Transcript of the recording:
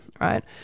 right